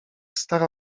stara